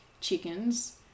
chickens